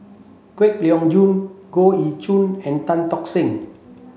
Kwek Leng Joo Goh Ee Choo and Tan Tock Seng